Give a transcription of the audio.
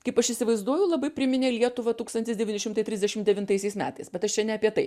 kaip aš įsivaizduoju labai priminė lietuvą tūkstantis devyni šimtai trisdešim devintaisiais metais bet aš čia ne apie tai